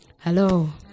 Hello